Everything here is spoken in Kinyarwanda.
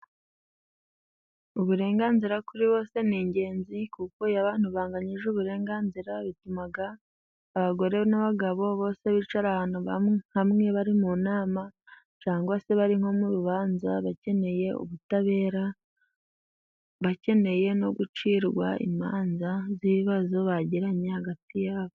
Uburenganzira kuri bose ni ingenzi kuko iyo abantu banganyije uburenganzira bituma abagore n'abagabo bose bicara ahantu hamwe bari mu nama cyangwa se barimo nko mu rubanza bakeneye ubutabera, bakeneye no gucirwa imanza z'ibibazo bagiranye hagati yabo.